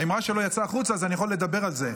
האמרה שלו יצאה החוצה אז אני יכול לדבר על זה.